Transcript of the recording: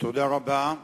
תודה רבה.